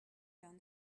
down